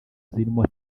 zirimo